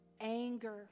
anger